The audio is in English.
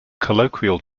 colloquial